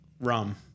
rum